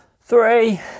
three